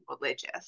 religious